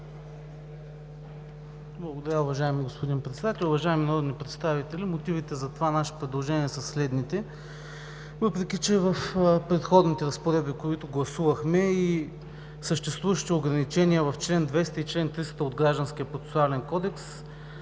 Благодаря, уважаеми господин Председател. Уважаеми народни представители, мотивите за това наше предложение са следните. Въпреки че в предходните разпоредби, които гласувахме, и съществуващите ограничения в чл. 200 и чл. 300 от Гражданския процесуален кодекс,